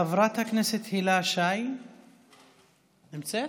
חברת הכנסת הילה שי, לא נמצאת.